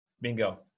Bingo